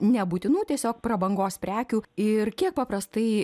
nebūtinų tiesiog prabangos prekių ir kiek paprastai